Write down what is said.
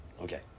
Okay